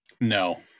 No